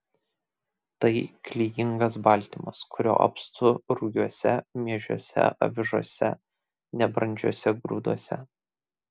tai klijingas baltymas kurio apstu rugiuose miežiuose avižose nebrandžiuose grūduose